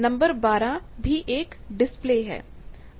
number 12 भी एक display है